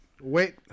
Wait